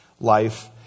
life